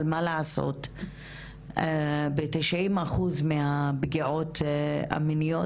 אבל מה לעשות שב-90 אחוז מהפגיעות המיניות